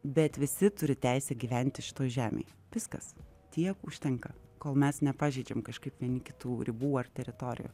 bet visi turi teisę gyventi šitoj žemėj viskas tiek užtenka kol mes nepažeidžiam kažkaip vieni kitų ribų ar teritorijų